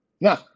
Now